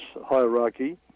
hierarchy